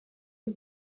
you